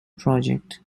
project